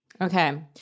Okay